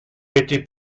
été